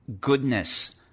goodness